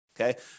Okay